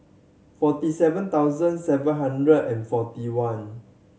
forty seven thousand seven hundred and forty one